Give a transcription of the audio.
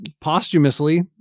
posthumously